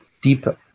deeper